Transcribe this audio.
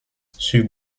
sur